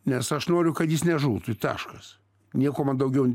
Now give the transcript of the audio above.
nes aš noriu kad jis nežūtų taškas nieko man daugiau